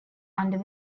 under